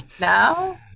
now